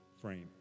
frame